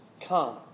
come